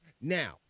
Now